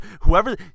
whoever